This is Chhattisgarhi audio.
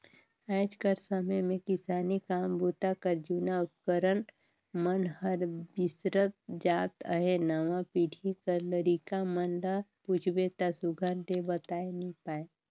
आएज कर समे मे किसानी काम बूता कर जूना उपकरन मन हर बिसरत जात अहे नावा पीढ़ी कर लरिका मन ल पूछबे ता सुग्घर ले बताए नी पाए